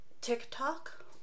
TikTok